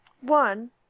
One